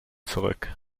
zurück